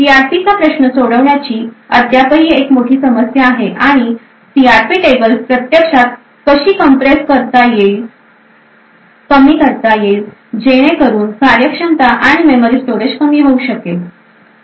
सीआरपीचा प्रश्न सोडविण्याची अद्यापही एक मोठी समस्या आहे आणि सीआरपी टेबल्स प्रत्यक्षात कशी कम्प्रेस करता येतील जेणेकरून कार्यक्षमता आणि मेमरी स्टोरेज कमी होऊ शकेल